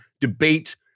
debate